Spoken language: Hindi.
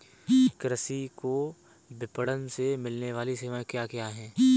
कृषि को विपणन से मिलने वाली सेवाएँ क्या क्या है